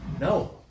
No